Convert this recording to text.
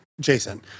Jason